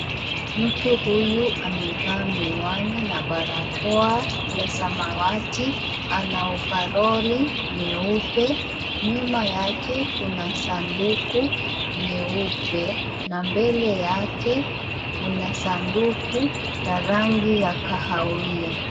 Mtu huyu amevaa miwani na barakoa ya samawati. Ana ovaroli nyeupe. Nyuma yake kuna sanduku nyeupe na mbele yake kuna sanduku ya rangi ya kahawia.